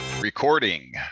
Recording